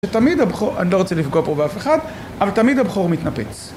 שתמיד הבכור, אני לא רוצה לפגוע פה באף אחד, אבל תמיד הבכור מתנפץ.